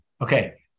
Okay